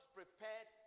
prepared